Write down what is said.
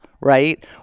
right